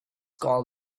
called